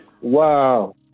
Wow